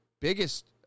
biggest